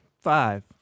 Five